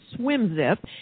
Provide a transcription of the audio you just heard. SwimZip